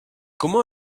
comment